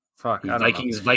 Vikings